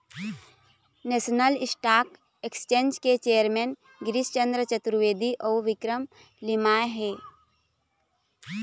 national Stock Exchange के chairman Girish Chandra Chaturvedi अउ विक्रम लिमाय हे